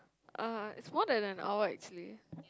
uh it is more than an hour actually